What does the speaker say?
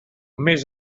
més